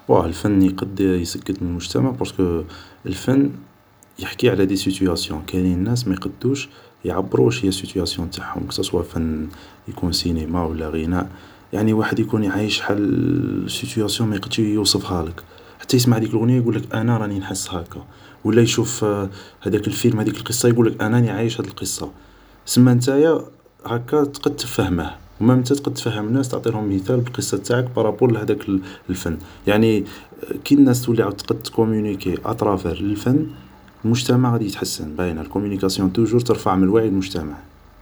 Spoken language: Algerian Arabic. واه الفن يقد يسقد المجتمع بارسكو الفن يحكي على دي سيتواسيون كاينين ناس ما يقدوش يعبرو واش هيا سيتواسيون تاعهم ك ساسوا فن يكون سينما ولا غناء يعني الوحد يكون عايش حا سيتواسيون ما يقدش يوصفهالك حتى يسمع هاديك الغنية يقلك أنا راني نحس هكا و لا يشوف هداك الفيلم هديك القصة يڨولك أنا راني عايش هاد القصة سما نتايا هكا تقد تفهمه و مام نتا تقد تفهم الناس تعطيهم مثال بالقصة تاعك بار رابور لهداك الفن يعني كي الناس تولي تقد تكومينيكي أ ترافار الفن المجتمع غادي يتحسن باينة الكومينيكاسيون توجور ترفع من وعي المجتمع